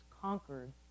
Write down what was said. conquered